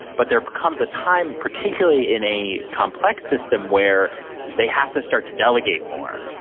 but there comes a time, particularly in a complex system, where they have to start to delegate more.